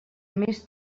més